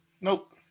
Nope